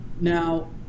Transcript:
now